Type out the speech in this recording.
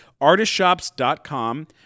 artistshops.com